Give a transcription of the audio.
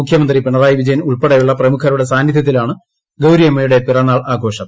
മുഖ്യമന്ത്രി പിണറായി വിജയൻ ഉൾപ്പെടയുളള പ്രമുഖരുടെ സാന്നിദ്ധ്യത്തിലാണ് ഗൌരിയമ്മയുടെ പിറന്നാൾ ആഘോഷം